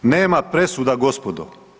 Nema presuda gospoda.